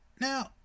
Now